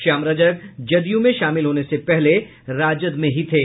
श्याम रजक जदयू में शामिल होने से पहले राजद में ही थे